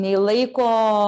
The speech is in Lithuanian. nei laiko